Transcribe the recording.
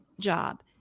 job